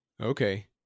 Okay